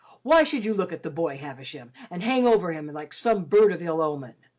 why should you look at the boy, havisham, and hang over him and like some bird of ill-omen!